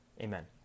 Amen